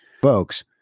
Folks